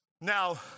Now